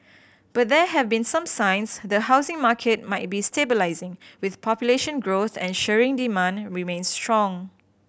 but there have been some signs the housing market might be stabilising with population growth ensuring demand remains strong